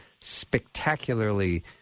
spectacularly